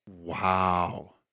Wow